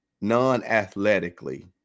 non-athletically